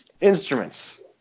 Instruments